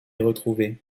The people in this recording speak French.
retrouvés